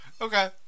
Okay